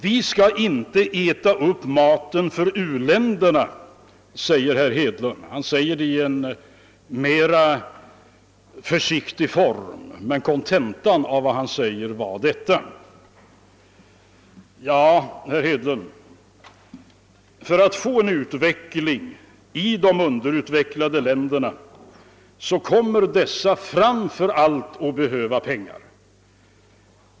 Vi skall inte äta upp maten för uländerna, är kontentan av vad herr Hedlund sade i avseende på det svenska jordbruket och u-hjälpen, även om han använde en försiktigare formulering. För att få till stånd en utveckling i de undqerutvecklade länderna kommer dessa, herr Hedlund, framför allt att behöva pengar.